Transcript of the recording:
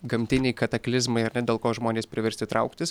gamtiniai kataklizmai ar ne dėl ko žmonės priversti trauktis